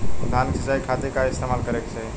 धान के सिंचाई खाती का इस्तेमाल करे के चाही?